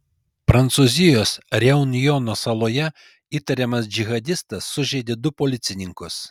prancūzijos reunjono saloje įtariamas džihadistas sužeidė du policininkus